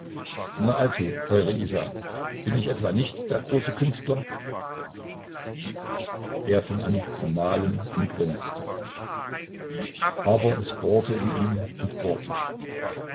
na also teure isa bin ich etwa nicht der große künstler er fing an zu malen und grinste aber es bohrte in ihm und bohrte